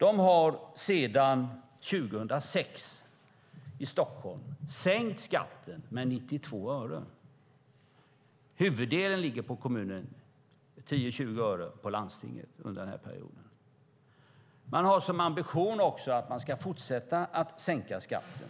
Man har i Stockholm sedan 2006 sänkt skatten med 92 öre. Huvuddelen ligger på kommunen och 10-20 öre på landstinget under den här perioden. Man har som ambition att fortsätta att sänka skatten.